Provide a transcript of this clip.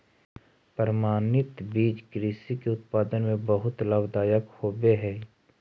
प्रमाणित बीज कृषि के उत्पादन में बहुत लाभदायक होवे हई